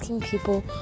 people